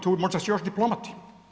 Tu možda su još diplomati.